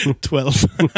Twelve